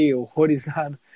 horrorizado